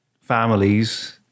families